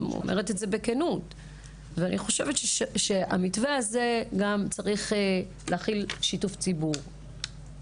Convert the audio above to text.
אומרת את זה בכנות ואני חושבת שהמתווה הזה גם צריך להכיל שיתוף ציבור.